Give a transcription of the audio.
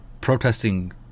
protesting